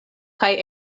kaj